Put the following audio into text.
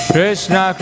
Krishna